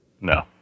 No